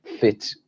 fit